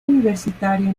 universitaria